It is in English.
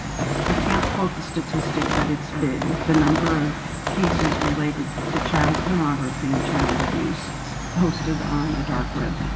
i can't quote the statistic, but it's big, the number of cases related to child pornography and child abuse hosted on the dark web.